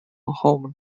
home